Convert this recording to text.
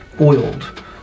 oiled